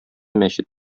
мәчет